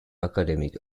academic